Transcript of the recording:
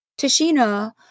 Tashina